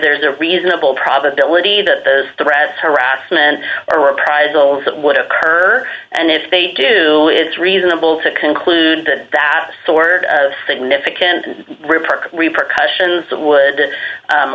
there's a reasonable probability that the threats harassment or reprisals that would occur and if they do it is reasonable to conclude that that sort of significant report repercussions that would